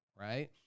right